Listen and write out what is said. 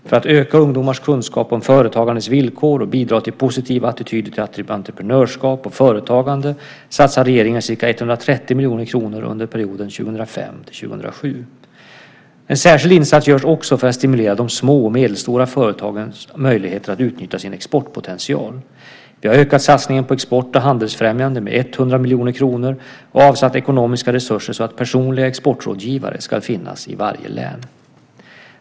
För att öka ungdomars kunskap om företagandets villkor och bidra till positiva attityder till entreprenörskap och företagande satsar regeringen ca 130 miljoner kronor under perioden 2005-2007. En särskild insats görs också för att stimulera de små och medelstora företagens möjligheter att utnyttja sin exportpotential. Vi har ökat satsningen på export och handelsfrämjande med 100 miljoner kronor och avsatt ekonomiska resurser så att personliga exportrådgivare ska finnas i varje län.